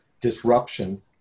disruption